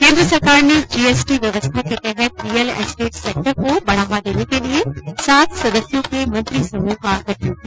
केन्द्र सरकार ने जीएसटी व्यवस्था के तहत रियल स्टेट सेक्टर को बढावा देने के लिये सात सदस्यों के मंत्री समूह का गठन किया